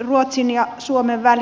ruotsin ja suomen välillä